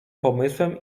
pomysłem